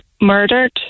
murdered